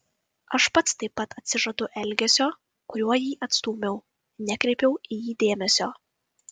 aš pats taip pat atsižadu elgesio kuriuo jį atstūmiau nekreipiau į jį dėmesio